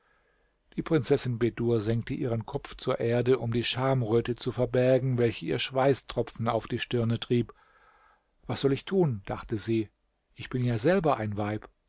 die prinzessin bedur senkte ihren kopf zur erde um die schamröte zu verbergen welche ihr schweißtropfen auf die stirne trieb was soll ich tun dachte sie ich bin ja selber ein weib